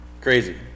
crazy